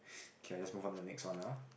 okay I just move on to next one ah